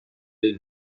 dei